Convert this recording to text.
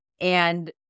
And-